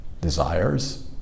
desires